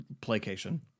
placation